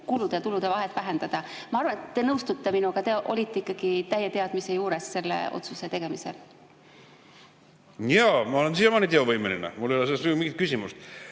kulude ja tulude vahet vähendada. Ma arvan, et te nõustute minuga, et te olite ikkagi täie teadmise juures selle otsuse tegemisel. Jaa, ma olen siiamaani teovõimeline, mul ei ole selles mingit küsimust.